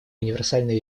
универсальной